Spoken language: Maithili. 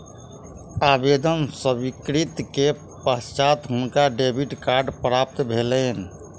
आवेदन स्वीकृति के पश्चात हुनका डेबिट कार्ड प्राप्त भेलैन